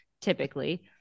typically